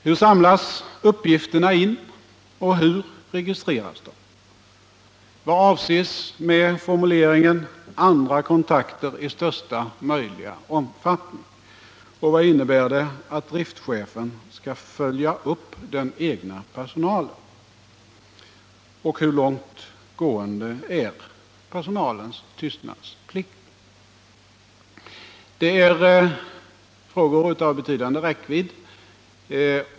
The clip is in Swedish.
Hur samlas uppgifterna in och hur registreras de? Vad avses med formuleringen ”andra kontakter i största möjliga omfattning”? Och vad innebär det att driftschefen skall ”följa upp den egna personalen”? Hur långtgående är personalens tystnadsplikt? Det är frågor av betydande räckvidd.